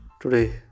today